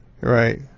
Right